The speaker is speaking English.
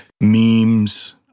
memes